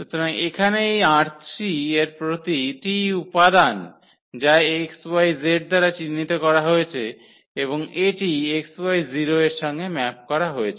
সুতরাং এখানে এই ℝ3 এর প্রতিটি উপাদান যা xyz দ্বারা চিহ্নিত করা হয়েছে এবং এটি xy0 এর সঙ্গে ম্যাপ করা হয়েছে